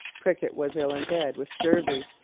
prickett was ill in bed with scurvy,